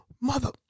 mother